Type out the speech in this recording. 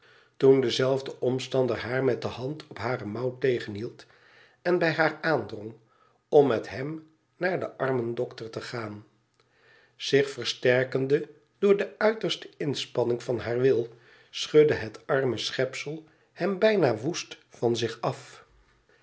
toen dezelfde omstander haar met de hand op hare mouw tegenhield en bij haar aandrong om met hem naar den armendokter te gaan zich versterkende door de uiterste inspanning van haar wil schudde het arme schepsel hem bijna woest van zich af